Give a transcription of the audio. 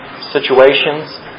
situations